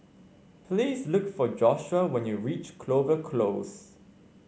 please look for Joshua when you reach Clover Close